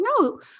no